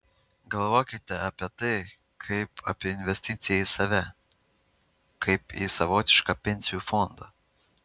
galvokite apie tai kaip apie į investiciją į save kaip į savotišką pensijų fondą